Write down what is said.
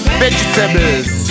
vegetables